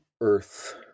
Earth